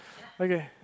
okay